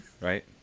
Right